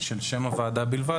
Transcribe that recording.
של שם הוועדה בלבד,